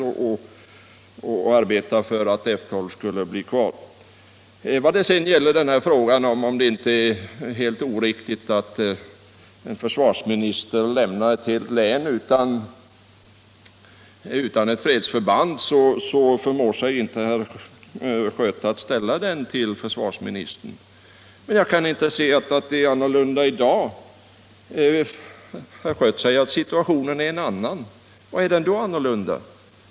Herr Schött kan vidare inte förmå sig att till försvarsministern ställa frågan om det inte är oriktigt att en försvarsminister lämnar ett helt län utan ett fredsförband. Men jag kan inte finna att läget är annorlunda i dag. Herr Schött säger att situationen nu är förändrad. På vilket sätt är den annorlunda?